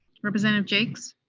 representative jaques?